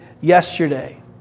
yesterday